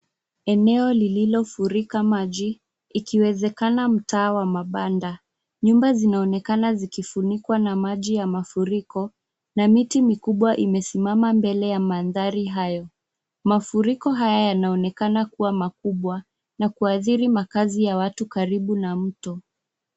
Eneo lililofurika maji ikiwezekana mtaa wa mabanda . Nyumba zinaoonekana zikifunikwa na maji ya mafuriko na miti mikubwa imesimama mbele ya mandhari hayo. Mafuriko haya yanaonekana kuwa makubwa na kuashiri makazi ya watu karibu na mto.